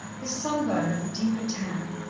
his sunburn of a deeper tan,